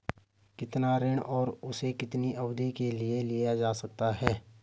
कितना ऋण और उसे कितनी अवधि के लिए लिया जा सकता है?